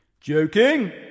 Joking